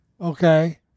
okay